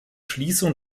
schließung